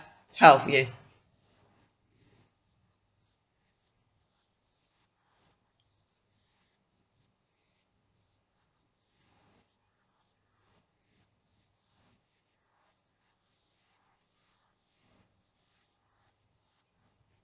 health yes